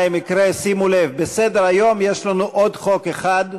שימו לב, בסדר-היום יש לנו עוד חוק אחד,